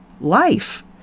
life